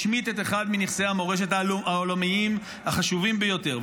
השמיט את אחד מנכסי המורשת העולמיים החשובים ביותר.